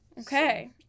Okay